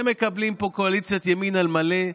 אתם מקבלים פה קואליציית ימין על מלא.